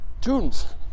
tunes